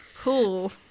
cool